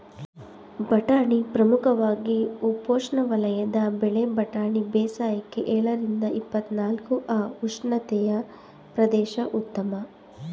ಬಟಾಣಿ ಪ್ರಮುಖವಾಗಿ ಉಪೋಷ್ಣವಲಯದ ಬೆಳೆ ಬಟಾಣಿ ಬೇಸಾಯಕ್ಕೆ ಎಳರಿಂದ ಇಪ್ಪತ್ನಾಲ್ಕು ಅ ಉಷ್ಣತೆಯ ಪ್ರದೇಶ ಉತ್ತಮ